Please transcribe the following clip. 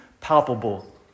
palpable